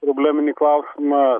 probleminį klausimą